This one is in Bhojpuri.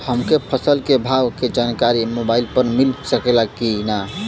हमके फसल के भाव के जानकारी मोबाइल पर मिल सकेला की ना?